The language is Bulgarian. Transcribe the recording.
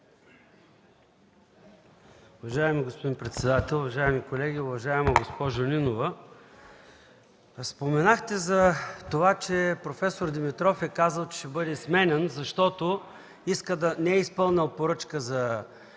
Уважаеми господин председател, уважаеми колеги! Уважаема госпожо Нинова, споменахте за това, че проф. Димитров е казал, че ще бъде сменян, защото не е изпълнил поръчка за